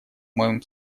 моем